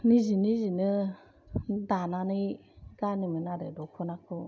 निजि निजिनो दानानै गानोमोन आरो दखनाखौ